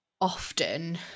often